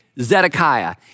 Zedekiah